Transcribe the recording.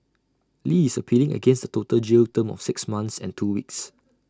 li is appealing against the total jail term of six months and two weeks